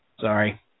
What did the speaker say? Sorry